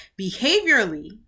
behaviorally